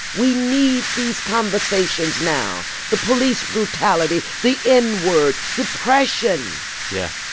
we need these conversations now the police brutality, the n-word, depression yeah.